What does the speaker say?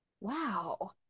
wow